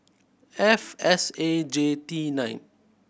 F S A J T nine